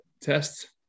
test